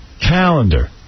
calendar